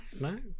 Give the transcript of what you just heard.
no